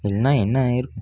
இல்லைனா என்ன ஆகிருக்கும்